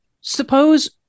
Suppose